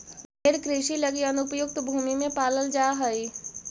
भेंड़ कृषि लगी अनुपयुक्त भूमि में पालल जा हइ